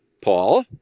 Paul